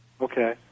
Okay